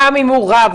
גם אם הוא רב,